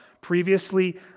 previously